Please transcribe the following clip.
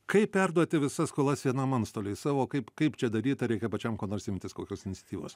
kaip perduoti visas skolas vienam antstoliui savo kaip kaip čia daryt ar reikia pačiam ko nors imtis kokios iniciatyvos